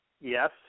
yes